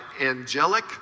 angelic